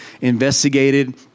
investigated